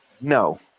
No